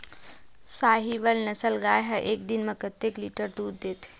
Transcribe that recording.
साहीवल नस्ल गाय एक दिन म कतेक लीटर दूध देथे?